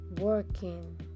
working